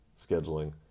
scheduling